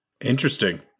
Interesting